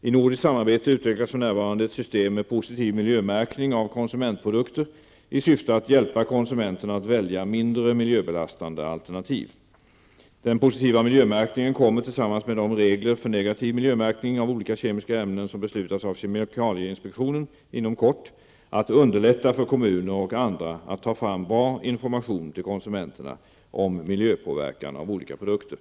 I nordiskt samarbete utvecklas för närvarande ett system med positiv miljömärkning av konsumentprodukter i syfte att hjälpa konsumenterna att välja mindre miljöbelastande alternativ. Den positiva miljömärkningen kommer, tillsammans med de regler för negativ miljömärkning av olika kemiska ämnen som beslutas av kemikalieinspektionen inom kort, att underlätta för kommuner och andra att ta fram bra information till konsumenterna om miljöpåverkan av olika produkter.